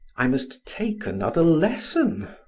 i must take another lesson.